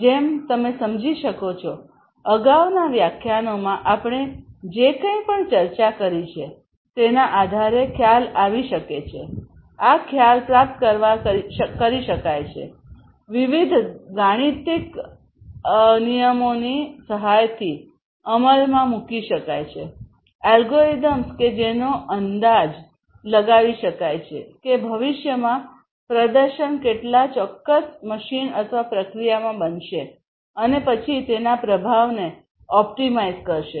જેમ તમે સમજી શકો છો અગાઉના વ્યાખ્યાનોમાં આપણે જે કંઈપણ ચર્ચા કરી છે તેના આધારે ખ્યાલ આવી શકે છે આ ખ્યાલ પ્રાપ્ત કરી શકાય છે વિવિધ ગાણિતીક નિયમોની સહાયથી અમલમાં મૂકી શકાય છેઅલ્ગોરિધમ્સ કે જેનો અંદાજ લગાવી શકાય છે કે ભવિષ્યમાં પ્રદર્શન કેટલા ચોક્કસ મશીન અથવા પ્રક્રિયામાં બનશે અને પછી તેના પ્રભાવને ઓપ્ટિમાઇઝ કરશે